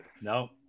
no